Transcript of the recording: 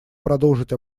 продолжить